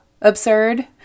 absurd